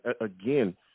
again